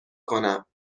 کنم